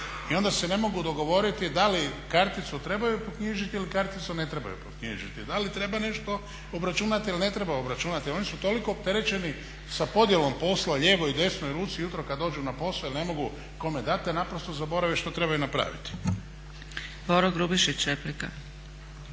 i onda se ne mogu dogovoriti da li karticu trebaju proknjižiti ili karticu ne trebaju proknjižiti, da li treba nešto obračunati ili ne treba obračunati. Oni su toliko opterećeni sa podjelom posla lijevo i desno i … ujutro kad dođu na posao jer ne mogu kome dat … naprosto zaboravi što trebaju napraviti.